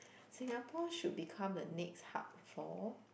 Singapore should become the next hub for